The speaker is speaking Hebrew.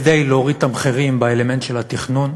כדי להוריד את המחירים באלמנט של התכנון,